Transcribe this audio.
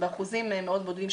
באחוזים מאוד בודדים,